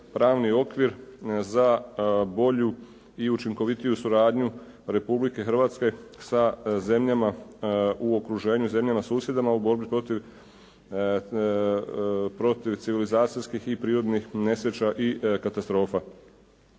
pravni okvir za bolju i učinkovitiju suradnju Republike Hrvatske sa zemljama u okruženju, zemljama susjedama u borbi protiv civilizacijskih i prirodnih nesreća i katastrofa.